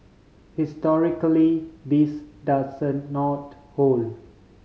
historically this not hold